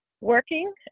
working